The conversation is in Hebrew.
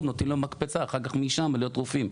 נותנים להם מקפצה אחר כך משם להיות רופאים.